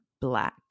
Black